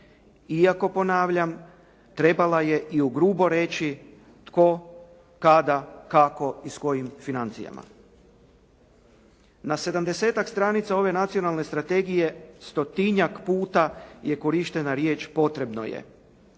Iako, ponavljam, trebala je i ugrubo reći tko, kada, kako i s kojim financijama. Na 70-tak stranica ove nacionalne strategije stotinjak puta je korištena riječ "potrebno je".